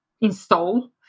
install